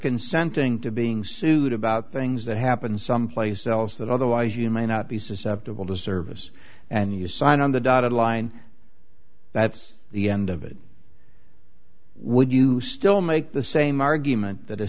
consenting to being sued about things that happened someplace else that otherwise you may not be susceptible to service and you sign on the dotted line that's the end of it would you still make the same argument that